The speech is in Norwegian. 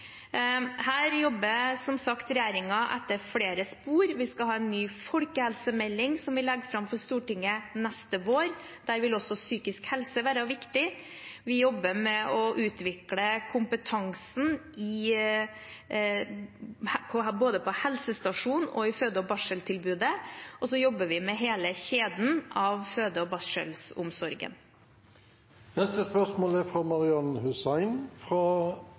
Her jobber som sagt regjeringen etter flere spor. Vi skal ha en ny folkehelsemelding som vi legger fram for Stortinget neste vår. Der vil også psykisk helse være viktig. Vi jobber med å utvikle kompetansen både på helsestasjonen og i føde- og barseltilbudet, og vi jobber med hele kjeden av føde- og